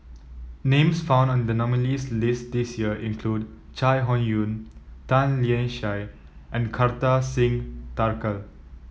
names found in the nominees' list this year include Chai Hon Yoong Tan Lian Chye and Kartar Singh Thakral